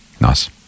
Nice